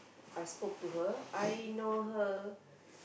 I've spoke to her I know her